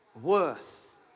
worth